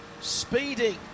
speeding